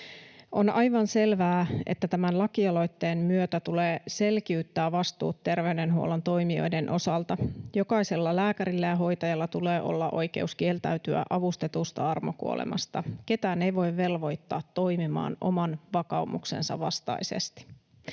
On aivan selvää, että tämän lakialoitteen myötä tulee selkiyttää vastuut terveydenhuollon toimijoiden osalta. Jokaisella lääkärillä ja hoitajalla tulee olla oikeus kieltäytyä avustetusta armokuolemasta. Ketään ei voi velvoittaa toimimaan oman vakaumuksensa vastaisesti.